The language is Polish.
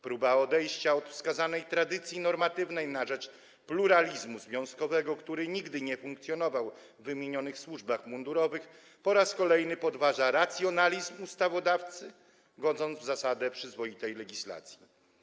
Próba odejścia od wskazanej tradycji normatywnej na rzecz pluralizmu związkowego, który nigdy nie funkcjonował w wymienionych służbach mundurowych, po raz kolejny podważa racjonalizm ustawodawcy, godząc w zasadę przyzwoitej legislacji.